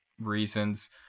reasons